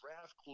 draft